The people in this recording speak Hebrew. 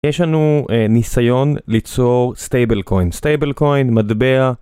יש לנו ניסיון ליצור stable coin, stable coin, מטבע